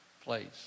place